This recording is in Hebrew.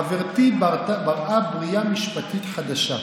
הינה הטענה המרכזית: חברתי בראה בריאה משפטית חדשה,